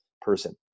person